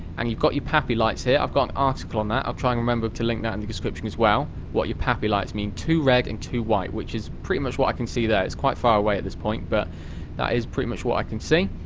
and you've got your papi lights here, i've got an article on that, i'll try and remember to link that in the description as well. what your papi lights mean. two red and two white which is pretty much what i can see there, it's quite far away at this point, but that is pretty much what i can see.